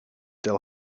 del